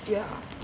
ya